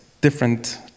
different